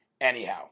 anyhow